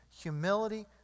Humility